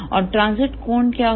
और ट्रांजिट कोण क्या होगा